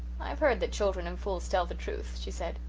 i've heard that children and fools tell the truth, she said.